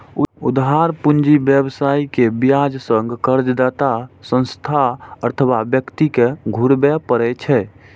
उधार पूंजी व्यवसायी कें ब्याज संग कर्जदाता संस्था अथवा व्यक्ति कें घुरबय पड़ै छै